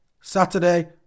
Saturday